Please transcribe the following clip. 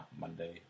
Monday